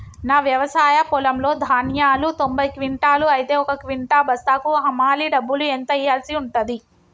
నా వ్యవసాయ పొలంలో ధాన్యాలు తొంభై క్వింటాలు అయితే ఒక క్వింటా బస్తాకు హమాలీ డబ్బులు ఎంత ఇయ్యాల్సి ఉంటది?